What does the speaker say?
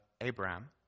Abraham